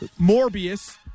Morbius